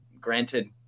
Granted